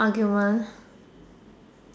argument